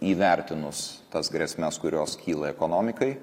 įvertinus tas grėsmes kurios kyla ekonomikai